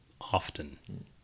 often